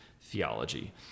theology